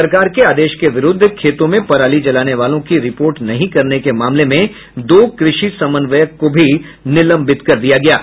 सरकार के आदेश के विरुद्ध खेतों में पराली जलाने वाले की रिपोर्ट नहीं करने के मामले में दो कृषि समन्वयक को भी निलंबित कर दिया गया है